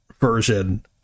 version